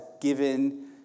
given